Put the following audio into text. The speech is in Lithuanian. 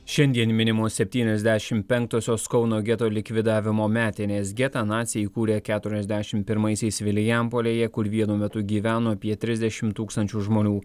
šiandien minimos septyniasdešim penktosios kauno geto likvidavimo metinės getą naciai įkūrė keturiasdešim pirmaisiais vilijampolėje kur vienu metu gyveno apie trisdešim tūkstančių žmonių